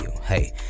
Hey